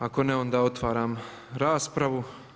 Ako ne, onda otvaram raspravu.